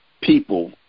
people